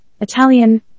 Italian